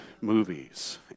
movies